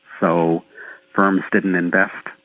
so firms didn't invest,